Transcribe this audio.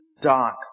dark